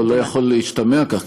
לא יכול להשתמע כך,